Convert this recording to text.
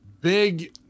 big